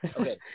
okay